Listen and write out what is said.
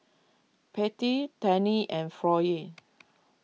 Pate Tandy and Floyd